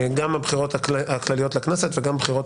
גם הבחירות הכלליות לכנסת וגם הבחירות